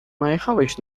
najechałeś